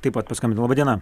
taip pat paskambino laba diena